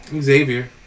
Xavier